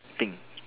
pink